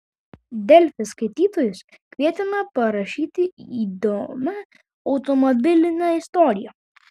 delfi skaitytojus kvietėme parašyti įdomią automobilinę istoriją